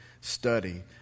study